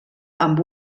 amb